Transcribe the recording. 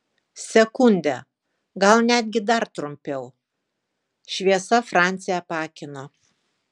sekundę gal netgi dar trumpiau šviesa francį apakino